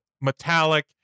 metallic